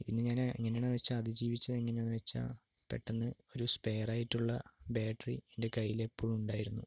പിന്നെ ഞാന് എങ്ങനെയാണെന്നു വെച്ചാൽ അതിജീവിച്ചത് എങ്ങനെയാണെന്നു വെച്ചാൽ പെട്ടെന്ന് ഒരു സ്പെയറായിട്ടുള്ള ബാറ്ററി എൻ്റെ കയ്യിൽ എപ്പോഴും ഉണ്ടായിരുന്നു